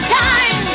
time